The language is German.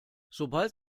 sobald